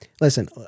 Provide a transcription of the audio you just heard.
listen